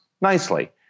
nicely